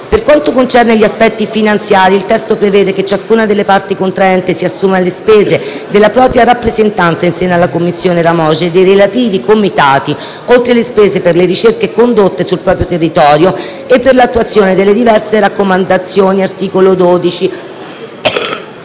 Per quanto concerne gli aspetti finanziari, il testo prevede che ciascuna delle parti contraenti si assuma le spese della propria rappresentanza in seno alla Commissione RAMOGE e nei relativi Comitati, oltre le spese per le ricerche condotte sul proprio territorio e per l'attuazione delle diverse raccomandazioni (articolo 12).